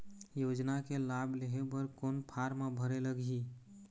योजना के लाभ लेहे बर कोन फार्म भरे लगही?